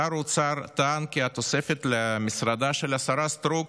שר האוצר טען כי התוספת למשרדה של השרה סטרוק,